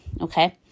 Okay